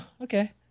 okay